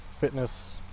fitness